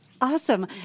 awesome